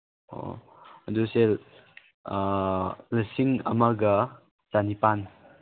ꯑꯣ ꯑꯗꯨꯁꯦ ꯂꯤꯁꯤꯡ ꯑꯃꯒ ꯆꯅꯤꯄꯥꯟ